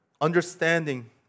understanding